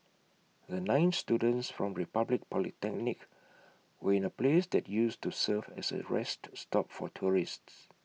the nine students from republic polytechnic were in A place that used to serve as A rest stop for tourists